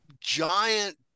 giant